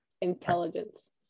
Intelligence